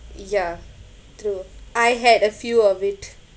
ya true I had a few of it